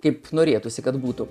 kaip norėtųsi kad būtų